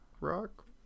rock